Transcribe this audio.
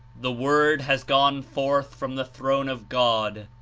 the word has gone forth from the throne of god,